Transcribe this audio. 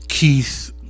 Keith